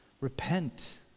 Repent